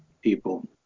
people